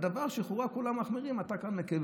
בדבר שכולם מחמירים אתה כאן מקל,